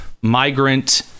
migrant